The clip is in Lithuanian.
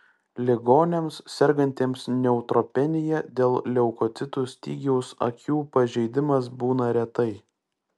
ligoniams sergantiems neutropenija dėl leukocitų stygiaus akių pažeidimas būna retai